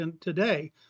today